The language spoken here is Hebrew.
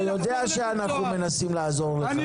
אתה יודע שאנחנו מנסים לעזור לך, אתה יודע שמנסים.